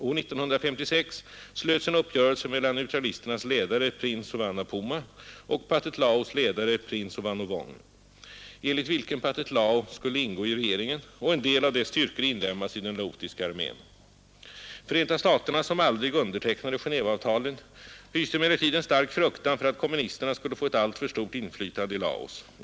År 1956 slöts en uppgörelse mellan neutralisternas ledare, prins Souvanna Phouma, och Pathet Laos ledare, prins Souphanouvong, enligt vilken Pathet Lao skulle ingå i regeringen och en del av dess styrkor inlemmas i den laotiska armén. Förenta staterna, som aldrig undertecknade Genéveavtalen, hyste emellertid en stark fruktan för att kommunisterna skulle få ett alltför stort inflytande i Laos.